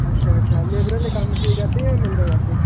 अच्छा अच्छा लेबर आह्ले कम्म ठीक करदे जां मंदा करदे